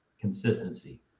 consistency